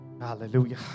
Hallelujah